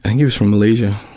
he was from malaysia.